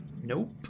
Nope